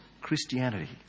Christianity